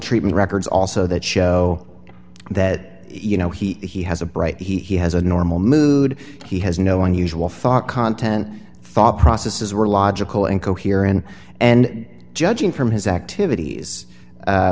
treatment records also that show that you know he has a bright he has a normal mood he has no unusual thought content thought processes were logical and coherent and judging from his activities